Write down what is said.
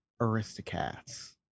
Aristocats